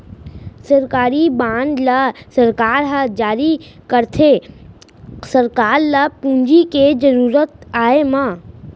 सरकारी बांड ल सरकार ह जारी करथे सरकार ल पूंजी के जरुरत आय म